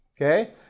Okay